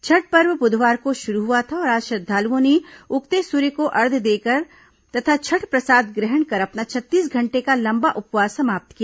छठ पर्व बुधवार को शुरु हुआ था और आज श्रद्वालुओं ने उगते सूर्य को अर्घ्य देकर तथा छठ प्रसाद ग्रहण कर अपना छत्तीस घंटे का लंबा उपवास समाप्त किया